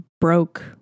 broke